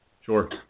Sure